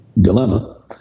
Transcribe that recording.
dilemma